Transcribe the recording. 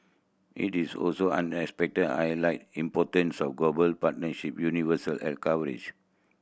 he is also unexpected highlight the importance of global partnership universal health coverage